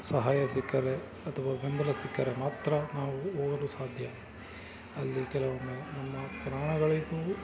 ಸಹಾಯ ಸಿಕ್ಕರೆ ಅಥವಾ ಬೆಂಬಲ ಸಿಕ್ಕರೆ ಮಾತ್ರ ನಾವು ಹೋಗಲು ಸಾಧ್ಯ ಅಲ್ಲಿ ಕೆಲವೊಮ್ಮೆ ನಮ್ಮ ಪ್ರಾಣಗಳಿಗೂ